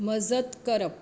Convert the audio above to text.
मजत करप